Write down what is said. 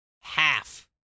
half